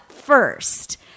first